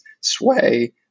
sway